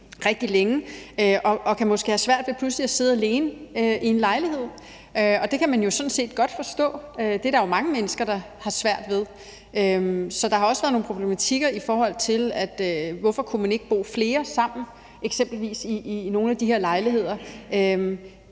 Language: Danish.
rigtig længe og kan måske have svært ved pludselig at sidde alene i en lejlighed, og det kan man jo sådan set godt forstå. Det er der jo mange mennesker der har svært ved. Så der har også været nogle problematikker i forhold til, hvorfor man eksempelvis ikke kunne bo flere sammen i nogle af de her lejligheder.